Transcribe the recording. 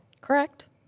Correct